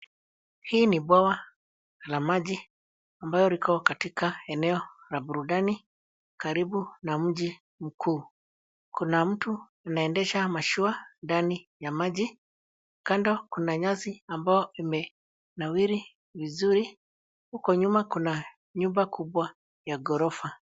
Hii ni bwawa la maji ambalo liko katika eneo la burudani karibu na mji mkuu. Kuna mtu anaendesha mashua ndani ya maji. Kando kuna nyasi ambayo imenawiri vizuri. Huko nyuma kuna nyumba kubwa ya ghorofa.